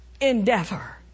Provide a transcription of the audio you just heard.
endeavor